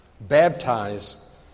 baptize